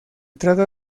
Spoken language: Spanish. trata